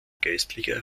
geistlicher